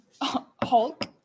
hulk